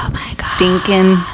stinking